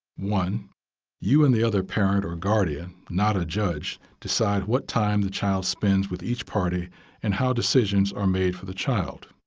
one you and the other parent or guardian, not a judge, decide what the time the child spends with each party and how decisions are made for the child.